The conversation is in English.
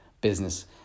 business